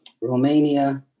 Romania